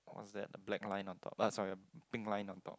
what's that a black line on top uh sorry pink line on top